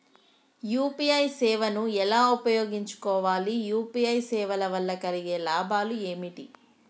UPI సేవను ఎలా ఉపయోగించు కోవాలి? యూ.పీ.ఐ సేవల వల్ల కలిగే లాభాలు ఏమిటి?